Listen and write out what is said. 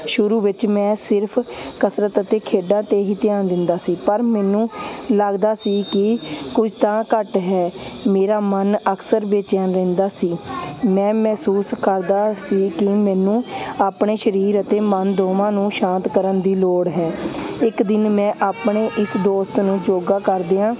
ਸ਼ੁਰੂ ਵਿੱਚ ਮੈਂ ਸਿਰਫ਼ ਕਸਰਤ ਅਤੇ ਖੇਡਾਂ 'ਤੇ ਹੀ ਧਿਆਨ ਦਿੰਦਾ ਸੀ ਪਰ ਮੈਨੂੰ ਲੱਗਦਾ ਸੀ ਕਿ ਕੁਝ ਤਾਂ ਘੱਟ ਹੈ ਮੇਰਾ ਮਨ ਅਕਸਰ ਬੇਚੈਨ ਰਹਿੰਦਾ ਸੀ ਮੈਂ ਮਹਿਸੂਸ ਕਰਦਾ ਸੀ ਕਿ ਮੈਨੂੰ ਆਪਣੇ ਸਰੀਰ ਅਤੇ ਮਨ ਦੋਵਾਂ ਨੂੰ ਸ਼ਾਂਤ ਕਰਨ ਦੀ ਲੋੜ ਹੈ ਇੱਕ ਦਿਨ ਮੈਂ ਆਪਣੇ ਇਸ ਦੋਸਤ ਨੂੰ ਯੋਗਾ ਕਰਦਿਆਂ